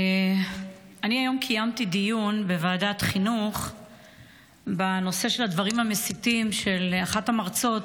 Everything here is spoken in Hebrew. אני היום קיימתי דיון בוועדת חינוך בנושא הדברים המסיתים של אחת המרצות